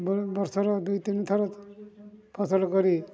ବର୍ଷର ଦୁଇ ତିନି ଥର ଫସଲ କରି